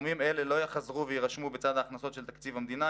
סכומים אלה לא יחזרו וירשמו בצד ההכנסות של תקציב המדינה.